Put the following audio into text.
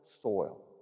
soil